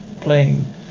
playing